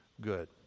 good